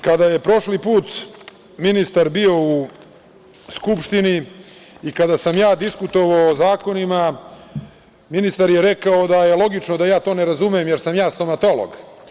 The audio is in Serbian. Kada je prošli put ministar bio u Skupštini i kada sam ja diskutovao o zakonima, ministar je rekao da je logično da je to ne razumem, jer sam ja stomatolog.